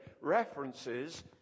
references